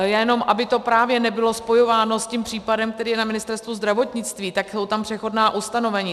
Jenom aby to právě nebylo spojováno s tím případem, který je na ministerstvu zdravotnictví, tak jsou tam přechodná ustanovení.